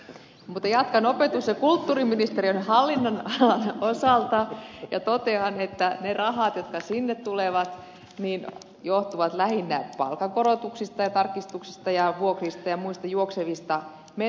mutta jatkan opetus ja kulttuuriministeriön hallinnonalan osalta ja totean että ne rahat jotka sinne tulevat johtuvat lähinnä palkankorotuksista ja tarkistuksista ja vuokrista ja muista juoksevista menoista